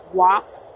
walks